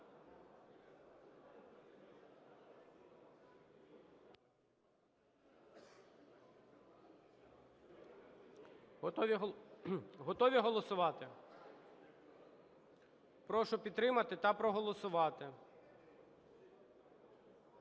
Готові голосувати? Прошу підтримати та проголосувати.